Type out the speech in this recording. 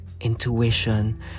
intuition